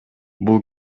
бул